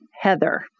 Heather